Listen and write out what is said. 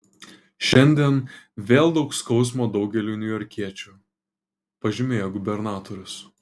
šiandien vėl daug skausmo daugeliui niujorkiečių pažymėjo gubernatorius